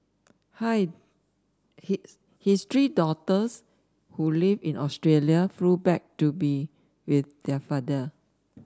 hi his his three daughters who live in Australia flew back to be with their father